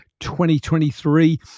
2023